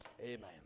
Amen